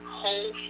Whole